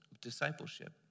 discipleship